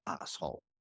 asshole